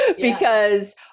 because-